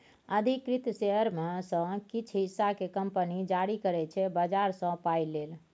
अधिकृत शेयर मे सँ किछ हिस्सा केँ कंपनी जारी करै छै बजार सँ पाइ लेल